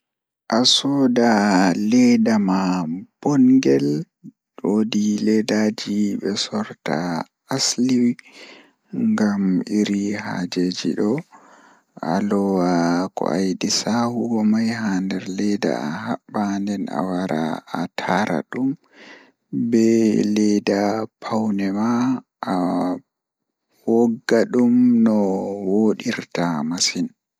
Asoda leedama bongel waawi wiiɗde kessol, foti naatude leydi ngal. Hokka kessol ngam jamɗude e hoore. Hokkira walla yaltira leydi ngal ngam nafaade. Naftu tuma waɗi, wiiɗi ngal ɗum e ko ɓe fiyaama. Jooɗi ɗum kadi e kanɗe, ɓurta ɗum. Jooni aɗa waawi goonga